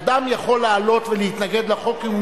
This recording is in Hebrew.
אדם יכול לעלות ולהתנגד לחוק אם הוא